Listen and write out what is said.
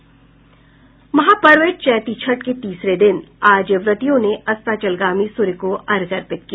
महापर्व चैती छठ के तीसरे दिन आज व्रतियों ने अस्ताचलगामी सूर्य को अर्घ्य अर्पित किया